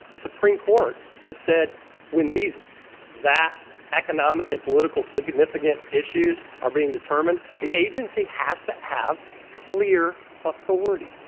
the supreme court has said when these vast economic and politically significant issues are being determined, the agency has to have clear authority.